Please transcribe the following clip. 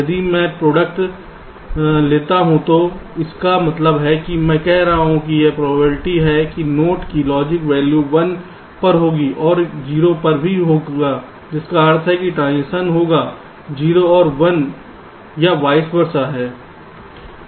यदि मैं प्रोडक्ट लेता हूं तो इसका मतलब है कि मैं कह रहा हूं कि यह प्रोबेबिलिटी है कि नोड की लॉजिक वैल्यू 1 पर होगी और 0 पर भी होगा जिसका अर्थ है कि ट्रांजिशन होगा 0 और 1 या वॉइस बरसा है